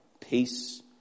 peace